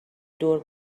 دور